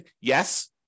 Yes